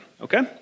okay